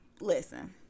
Listen